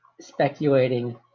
speculating